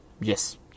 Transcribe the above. Yes